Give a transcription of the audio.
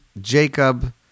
Jacob